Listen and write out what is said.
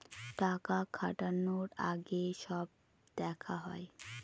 টাকা খাটানোর আগে সব দেখা হয়